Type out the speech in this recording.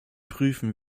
prüfen